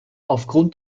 aufgrund